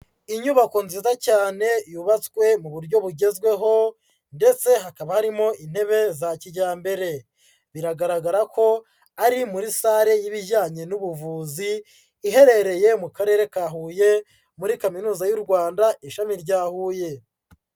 Inyubako nziza cyane yubatswe mu buryo bugezweho ndetse hakaba harimo intebe za kijyambere. Biragaragara ko ari muri sale y'ibijyanye n'ubuvuzi iherereye mu karere ka Huye muri Kaminuza y'u Rwanda ishami rya Huye.